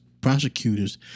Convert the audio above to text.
prosecutors